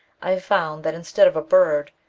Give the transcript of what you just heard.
i found that, instead of a bird,